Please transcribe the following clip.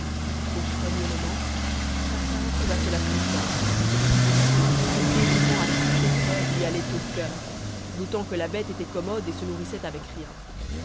au premier moment tartarin trouva cela touchant cette fidélité ce dévouement à toute épreuve lui allaient au coeur d'autant que la bête était commode et se nourrissait avec rien